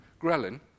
ghrelin